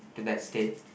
to that state